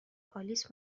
آلیس